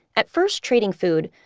at first trading food,